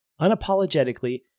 unapologetically